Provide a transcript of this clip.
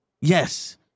Yes